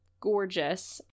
gorgeous